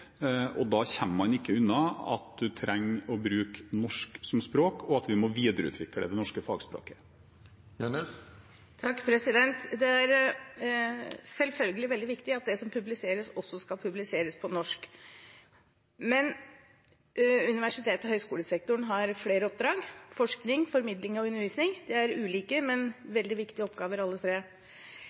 Da kommer man ikke unna at man trenger å bruke norsk som språk, og at man må videreutvikle fagspråket. Det er selvfølgelig veldig viktig at det som publiseres, også skal publiseres på norsk. Universitets- og høyskolesektoren har flere oppdrag: forskning, formidling og undervisning. Det er ulike, men veldig viktige oppgaver, alle tre.